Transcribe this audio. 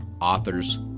authors